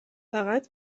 فقط